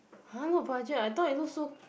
!huh! no budget I thought he look so